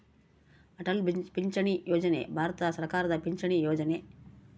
ಅಟಲ್ ಪಿಂಚಣಿ ಯೋಜನೆ ಭಾರತ ಸರ್ಕಾರದ ಪಿಂಚಣಿ ಯೊಜನೆ